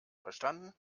verstanden